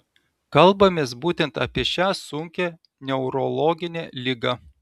kalbamės būtent apie šią sunkią neurologinę ligą